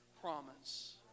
promise